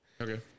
Okay